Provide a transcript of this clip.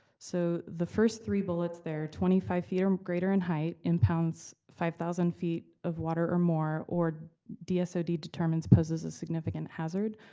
so the first three bullets there, twenty five feet or um greater in height, impounds five thousand feet of water or more, or dsod so determines poses a significant hazard,